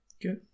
Good